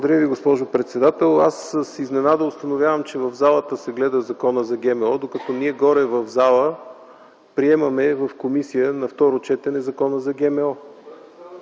Благодаря, госпожо председател. С изненада установявам, че в залата се гледа Законът за ГМО, докато ние горе в зала приемаме в комисия на второ четене Закона за ГМО.